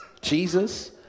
Jesus